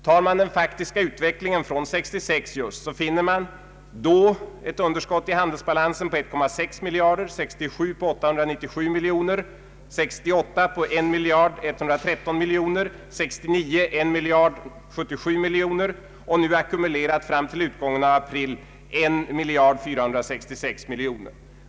Ser man på den faktiska utvecklingen från år 1966, finner man ett underskott i handelsbalansen på 1,6 miljarder, 1967 på 897 miljoner, 1968 på 1113 miljoner, 1969 1077 miljoner och nu, ackumulerat fram till utgången av april, 1466 miljoner.